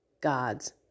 God's